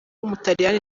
w’umutaliyani